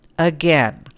Again